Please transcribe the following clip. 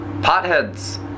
potheads